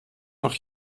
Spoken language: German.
noch